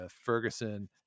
Ferguson